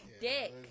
dick